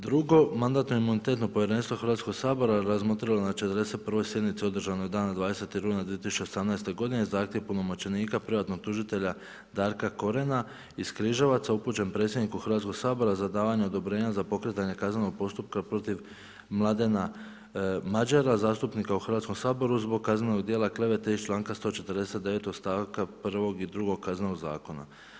Drugo, Mandatno-imunitetno povjerenstvo Hrvatskoga razmotrilo je na 41. sjednici održanoj dana 20. rujna 2018. godine zahtjev punomoćenika privatnog tužitelja Darka Korena iz Križevaca upućen predsjedniku Hrvatskoga sabora za davanje odobrenja za pokretanje kaznenog postupa protiv Mladena Madjera, zastupnika u Hrvatskom saboru zbog kaznenog djela klevete iz članka 149. stavka 1. i 2. Kaznenog zakon.